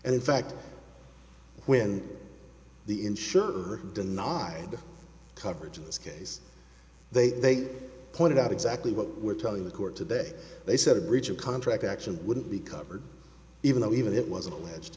and in fact when the insurer denied coverage in this case they pointed out exactly what we're telling the court today they said a breach of contract action wouldn't be covered even though even if it wasn't